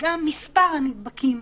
וגם מספר הנדבקים.